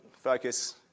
Focus